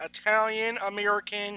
Italian-American